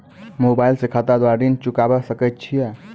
Mobile से खाता द्वारा ऋण चुकाबै सकय छियै?